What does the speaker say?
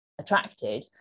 attracted